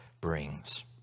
brings